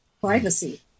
privacy